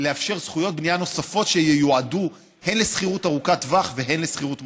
זכויות בנייה נוספות שייועדו הן לשכירות ארוכת טווח והן לשכירות מוזלת.